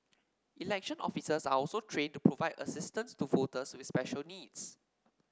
election officers are also trained to provide assistance to voters with special needs